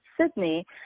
Sydney